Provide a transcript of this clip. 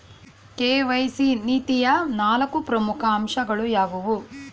KYC ನೀತಿಯ ನಾಲ್ಕು ಪ್ರಮುಖ ಅಂಶಗಳು ಯಾವುವು?